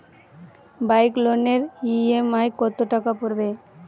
Bike লোনের EMI কত টাকা পড়বে?